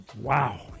Wow